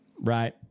Right